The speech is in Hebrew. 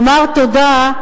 תודה.